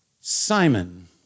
Simon